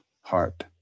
heart